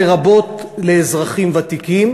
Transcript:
לרבות לאזרחים ותיקים,